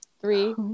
Three